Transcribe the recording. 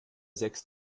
sechs